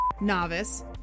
Novice